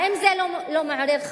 האם זה לא מעורר חשש?